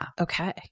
Okay